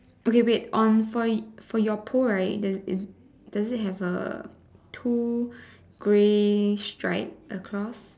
okay wait on for for your pole right does does it have a two grey stripe across